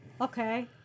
Okay